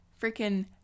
freaking